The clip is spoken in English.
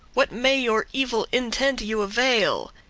what may your evil intente you avail?